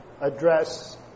address